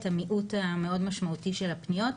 את המיעוט המאוד משמעותי של הפניות.